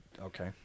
Okay